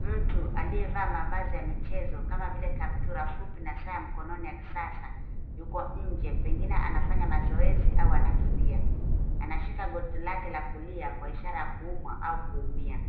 Mtu aliyevaa mavazi ya michezo, kama vile kaptura fupi na saa ya mkononi ya kisasa yuko nje, pengine anafanya mazoezi au anakimbia. Anashika goti lake la kulia kwa ishara ya kuumwa au kuumia.